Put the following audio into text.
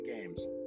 games